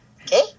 okay